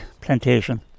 plantation